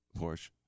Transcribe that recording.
Porsche